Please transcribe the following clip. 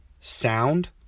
sound